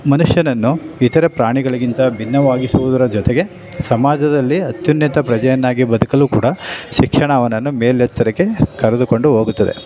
ಮನುಷ್ಯನನ್ನು ಇತರೆ ಪ್ರಾಣಿಗಳಿಗಿಂತ ಭಿನ್ನವಾಗಿಸುವುದರ ಜೊತೆಗೆ ಸಮಾಜದಲ್ಲಿ ಅತ್ಯುನ್ನತ ಪ್ರಜೆಯನ್ನಾಗಿ ಬದುಕಲು ಕೂಡ ಶಿಕ್ಷಣ ಅವನನ್ನು ಮೇಲೆತ್ತರಕ್ಕೆ ಕರೆದುಕೊಂಡು ಹೋಗುತ್ತದೆ